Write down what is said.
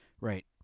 Right